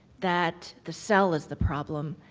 that the cell is the problem,